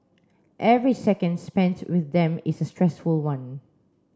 every second spent with them is a stressful one